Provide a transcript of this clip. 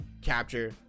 capture